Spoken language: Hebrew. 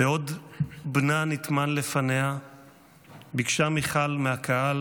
בעוד בנה נטמן לפניה ביקשה מיכל מהקהל